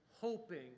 hoping